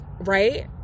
right